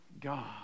God